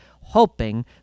hoping